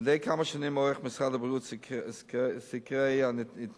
מדי כמה שנים עורך משרד הבריאות סקרי התנהגות,